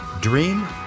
Dream